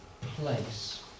place